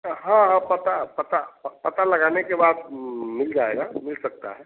हाँ पता पता पता लगाने के बाद मिल जाएगा मिल सकता है